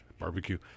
barbecue